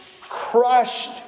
crushed